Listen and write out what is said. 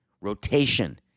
rotation